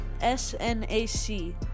S-N-A-C